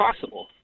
possible